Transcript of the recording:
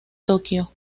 tokio